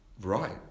Right